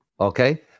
Okay